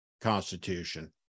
constitution